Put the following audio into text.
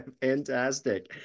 Fantastic